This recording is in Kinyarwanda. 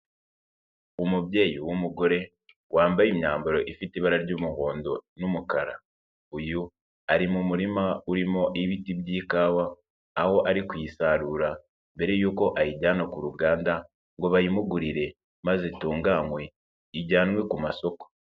Umubyeyi w'umugore, wambaye imyambaro ifite ibara ry'umuhondo n'umukara . Uyu ari mu murima urimo ibiti by'ikawa ,aho ari kuyisarura mbere y'uko ayijyana ku ruganda ngo bayimugurire maze itunganywe, ijyanwe ku masoko.